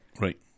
Right